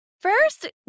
First